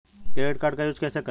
Credit card का use कैसे करें?